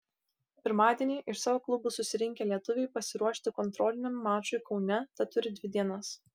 pirmadienį iš savo klubų susirinkę lietuviai pasiruošti kontroliniam mačui kaune teturi dvi dienas